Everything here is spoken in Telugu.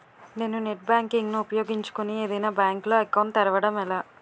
నేను నెట్ బ్యాంకింగ్ ను ఉపయోగించుకుని ఏదైనా బ్యాంక్ లో అకౌంట్ తెరవడం ఎలా?